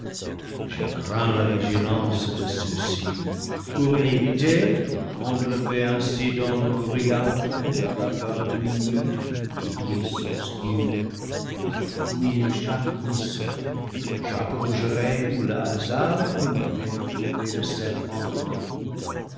je crains la vigilance de ceux-ci pour l'éviter enveloppé ainsi dans le brouillard et la vapeur de minuit je glisse obscur je fouille chaque buisson chaque fougeraie où le hasard peut me faire trouver le serpent endormi